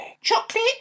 Chocolate